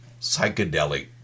psychedelic